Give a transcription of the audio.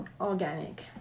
organic